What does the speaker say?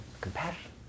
Compassion